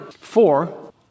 four